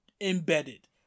embedded